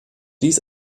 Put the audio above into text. dies